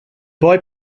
boy